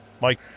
Mike